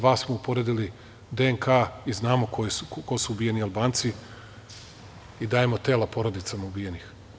Dva smo uporedili DNK i znamo ko su ubijeni Albanci i dajemo tela porodicama ubijenih.